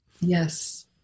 yes